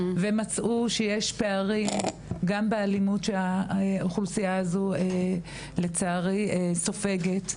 הם מצאו שיש פערים גם באלימות שהאוכלוסייה הזו לצערי סופגת,